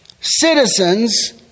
citizens